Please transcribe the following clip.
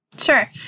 Sure